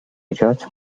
judge